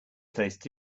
placed